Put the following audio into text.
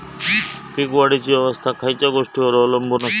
पीक वाढीची अवस्था खयच्या गोष्टींवर अवलंबून असता?